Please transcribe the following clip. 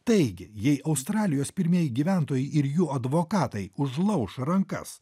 taigi jei australijos pirmieji gyventojai ir jų advokatai užlauš rankas